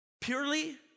Purely